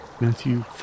Matthew